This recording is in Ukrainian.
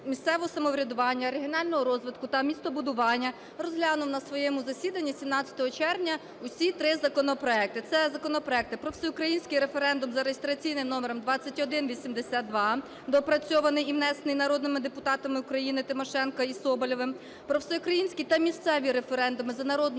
місцевого самоврядування, регіонального розвитку та містобудування розглянув на своєму засіданні 17 червня усі три законопроекти. Це законопроекти: про всеукраїнський референдум за реєстраційним номером 2182, доопрацьований і внесений народними депутатами України Тимошенко і Соболєвим, про всеукраїнський та місцеві референдуми за народною